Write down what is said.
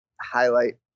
highlight